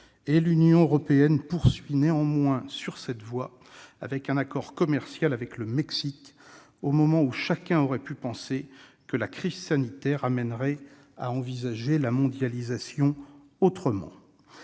L'Union européenne poursuit néanmoins sur cette voie, avec un accord commercial avec le Mexique, au moment où chacun aurait pu penser que la crise sanitaire amènerait à envisager la mondialisation autrement.